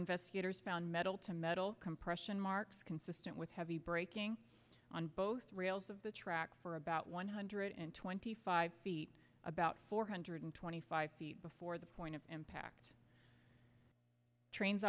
investigators found metal to metal compression marks consistent with heavy braking on both rails of the track for about one hundred and twenty five feet about four hundred twenty five feet before the point of impact trains